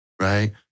right